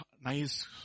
nice